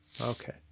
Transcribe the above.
Okay